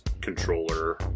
controller